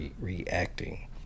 reacting